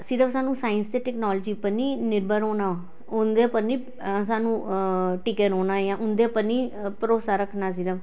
सिर्फ सानूं साइंस ते टेक्नोलॉजी उप्पर निं निर्भर होना उं'दे पर निं सानूं टिके रौह्नां जां उं'दे पर निं भरोसा रक्खना सिर्फ